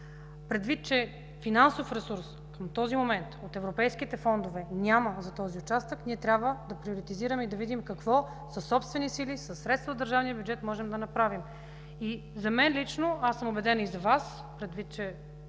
Предвид че финансов ресурс до този момент от европейските фондове за този участък няма, трябва да приоритизираме и да видим какво със собствени сили, със средства от държавния бюджет можем да направим. За мен лично, убедена съм и за Вас, предвид че